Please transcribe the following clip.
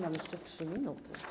Mam jeszcze 3 minuty.